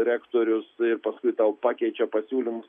rektorius paskui tau pakeičia pasiūlymus